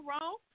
wrong